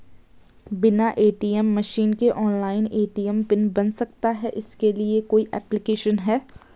बिना ATM machine के online ATM pin बन सकता है इसके लिए कोई ऐप्लिकेशन है?